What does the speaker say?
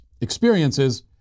experiences